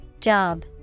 Job